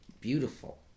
beautiful